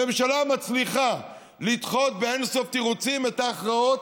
הממשלה מצליחה לדחות באין-סוף תירוצים את ההכרעות,